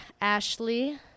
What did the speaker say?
ashley